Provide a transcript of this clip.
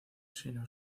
sino